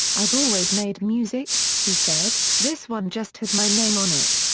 i've always made music, he said, this one just has my name on it.